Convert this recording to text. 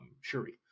Shuri